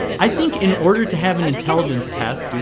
i think in order to have an intelligence test,